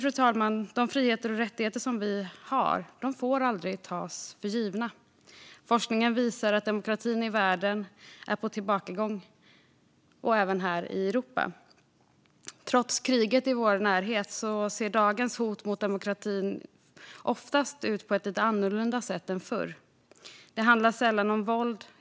Fru talman! Samtidigt får de fri och rättigheter som vi har aldrig tas för givna. Forskningen visar att demokratin i världen är på tillbakagång, även här i Europa. Trots kriget i vår närhet ser dagens hot mot demokratin oftast ut på ett lite annorlunda sätt än förr. Det handlar sällan om våld.